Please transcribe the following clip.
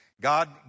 God